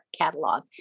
catalog